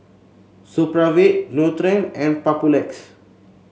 Supravit Nutren and Papulex